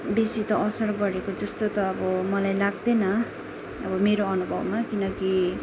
बेसी त असर गरेको जस्तो त अब मलाई लाग्दैन अब मेरो अनुभवमा किनकि